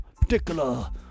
particular